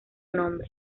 nombre